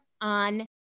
on